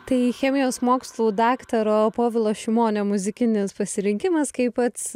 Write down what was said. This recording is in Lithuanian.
tai chemijos mokslų daktaro povilo šimonio muzikinis pasirinkimas kaip pats